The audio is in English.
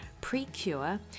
Precure